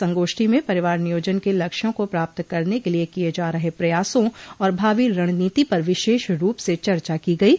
संगोष्ठी में परिवार नियोजन के लक्ष्यों को प्राप्त करने के लिए किये जा रहे प्रयासों और भावी रणनीति पर विशेष रूप से चर्चा की गयी